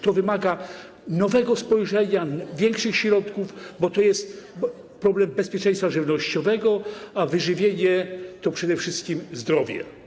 To wymaga nowego spojrzenia, większych środków, bo to jest problem bezpieczeństwa żywnościowego a wyżywienie to przede wszystkim zdrowie.